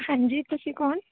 ਹਾਂਜੀ ਤੁਸੀਂ ਕੌਣ